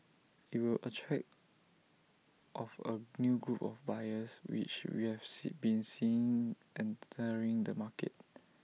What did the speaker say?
IT will attract of A new group of buyers which we have see been seeing entering the market